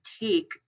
take